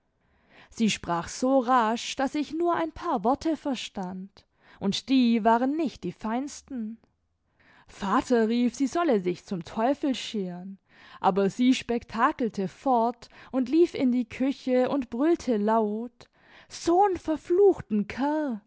sie sprach so rasch daß ich nur ein paar worte verstand und die waren nicht die feinsten vater rief sie solle sich zum teufel scheren aber sie spektakelte fort und lief in die küche und brüllte laut so n verfluchten kirll